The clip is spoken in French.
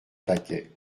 paquet